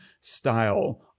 style